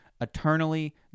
eternally